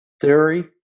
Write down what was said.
theory